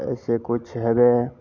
ऐसे कुछ हैबे